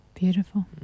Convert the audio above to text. beautiful